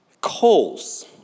calls